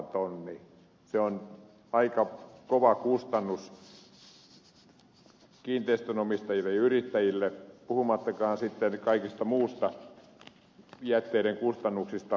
se on aika kova kustannus kiinteistönomistajille ja yrittäjille puhumattakaan sitten kaikista muista jätteiden kustannuksista